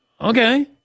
okay